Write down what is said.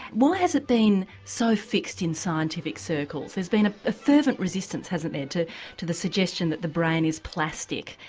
why has it been so fixed in scientific circles, there's been a fervent resistance hasn't there to to the suggestion that the brain is plastic,